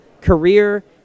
career